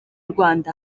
rwanda